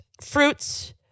Fruits